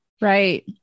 right